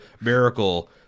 Miracle